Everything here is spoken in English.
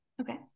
Okay